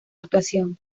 actuación